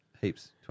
heaps